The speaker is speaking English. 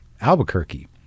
Albuquerque